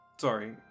Sorry